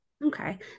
Okay